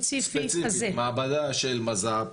המעבדה של מז"פ